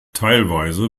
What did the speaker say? teilweise